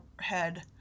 head